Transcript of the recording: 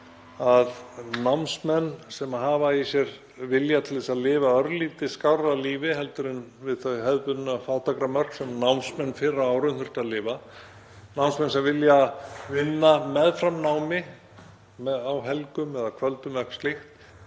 að námsmenn sem hafa í sér vilja til að lifa örlítið skárra lífi en við þau hefðbundnu fátæktarmörk sem námsmenn fyrr á árum þurftu að lifa við, námsmenn sem vilja vinna meðfram námi á helgum eða kvöldum eða